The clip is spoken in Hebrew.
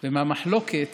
ומהמחלוקת